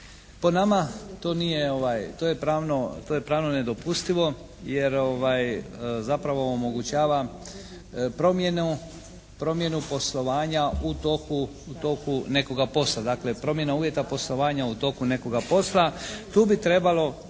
to nije, to je pravno nedopustivo jer zapravo omogućava promjenu poslovanja u toku nekoga posla,